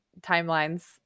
timelines